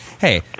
Hey